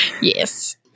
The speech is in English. yes